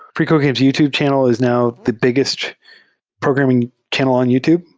freecodecamp's youtube channel is now the biggest programming channel on youtube,